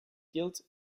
guilt